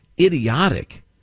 idiotic